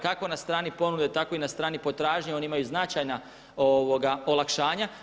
Kako na strani ponude, tako i na strani potražnje oni imaju značajna olakšanja.